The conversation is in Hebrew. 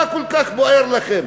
מה כל כך בוער לכם?